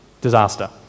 disaster